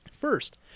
First